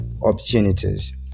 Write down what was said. opportunities